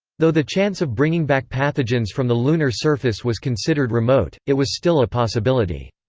though the chance of bringing back pathogens from the lunar surface was considered remote, it was still a possibility.